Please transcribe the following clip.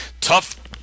Tough